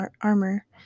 armor